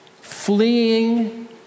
fleeing